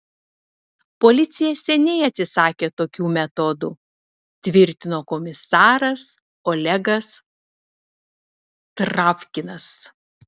policija seniai atsisakė tokių metodų tvirtino komisaras olegas travkinas